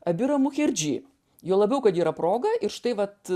abiramu cherdžy juo labiau kad yra proga ir štai vat